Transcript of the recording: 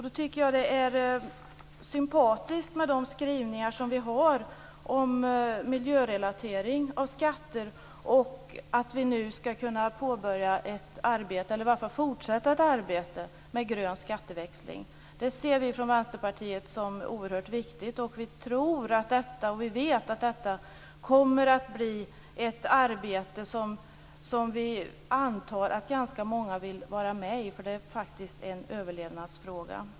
Då tycker jag att det är sympatiskt med de skrivningar vi har om miljörelatering av skatter och att vi nu skall kunna påbörja, eller i varje fall fortsätta arbetet med, en grön skatteväxling. Det ser vi från Vänsterpartiet som oerhört viktigt. Vi tror, och vi vet, att detta kommer att bli ett arbete som ganska många vill vara med i, för det är faktiskt en överlevnadsfråga.